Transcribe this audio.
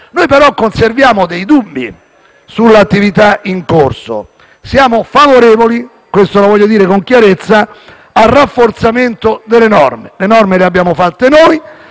Noi, però, conserviamo dei dubbi sull'attività in corso. Siamo favorevoli - e questo lo voglio dire con chiarezza - al rafforzamento delle norme, norme che abbiamo fatte noi